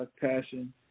Passion